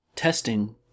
Testing